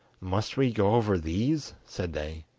must we go over these said they.